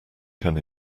can